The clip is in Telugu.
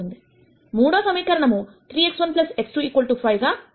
మూడో సమీకరణము 3x1 x2 5 గా చదవబడుతుంది